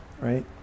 right